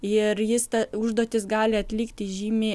ir jis tą užduotis gali atlikti žymiai